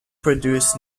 produced